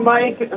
Mike